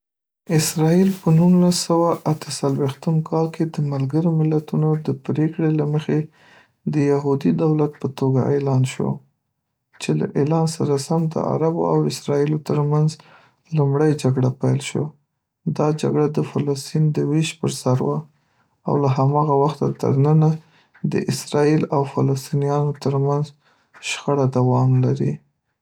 اسرایل په نولس سوه اته څلویښتم کال کې د ملګرو ملتونو د پرېکړې له مخې د یهودي دولت په توګه اعلان شو، چې له اعلان سره سم د عربو او اسرایلو تر منځ لومړۍ جګړه پیل شو دا جګړه د فلسطین د ویش پر سر وه، او له هماغه وخته تر ننه د اسرایل او فلسطینیانو تر منځ شخړې دوام لري.